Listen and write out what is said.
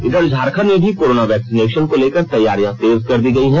इधर झारखंड में भी कोरोना वैक्सीनेशन को लेकर तैयारियां तेज कर दी गई हैं